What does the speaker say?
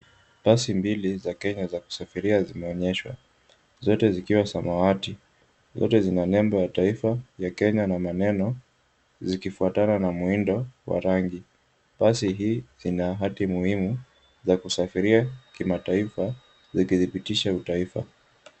Pasi mbili za kenya za kusafiria zimeoneshwa zote zikiwa samawati. Zote zina nembo ya taifa ya kenya na maneno zikifuatana na muwindo wa rangi. Pasi hii zina hati muhimu za kusafiria kimataifa zikidhibithisha utaifa.